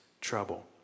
trouble